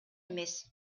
эмес